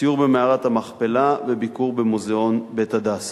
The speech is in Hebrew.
סיור במערת המכפלה וביקור במוזיאון "בית הדסה".